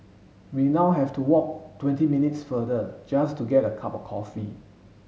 we now have to walk twenty minutes farther just to get a cup of coffee